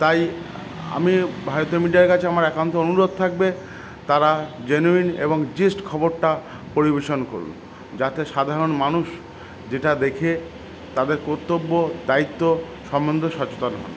তাই আমি ভারতীয় মিডিয়ার কাছে আমার একাউন্ট অনুরোধ থাকবে তারা জেনুইন এবং জিষ্ট খবরটা পরিবেশন করুন যাতে সাধারণ মানুষ যেটা দেখে তাদের কর্তব্য দায়িত্ব সম্বন্ধ সচেতন হয়